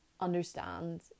understand